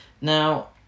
Now